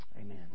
Amen